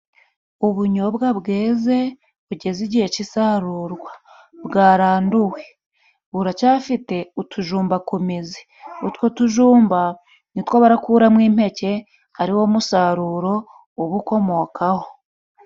ubunyobwa bweze bugeze igihe c'isarurwa bwaranduwe buracyafite utujumba ku mizi utwo tujumba ni two barakuramo impeke ari wo musaruro ubukomokaho